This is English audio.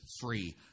free